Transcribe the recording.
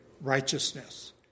righteousness